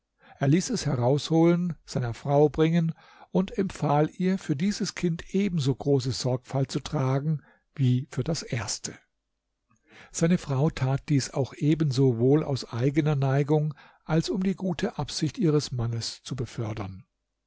er ließ es herausholen seiner frau bringen und empfahl ihr für dieses kind ebenso große sorgfalt zu tragen wie für das erste seine frau tat dies auch ebenso wohl aus eigener neigung als um die gute absicht ihres mannes zu befördern